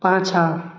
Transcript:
पाँछा